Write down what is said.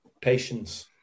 Patience